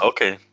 Okay